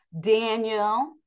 Daniel